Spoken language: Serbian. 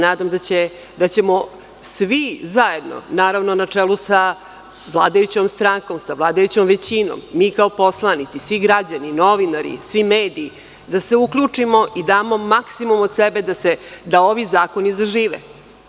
Nadam se da ćemo svi zajedno, naravno na čelu sa vladajućom strankom, vladajućom većinom, mi kao poslanici, svi građani, novinari, mediji da se uključimo i da damo maksimum od sebe da ovi zakoni zažive.